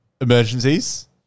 Emergencies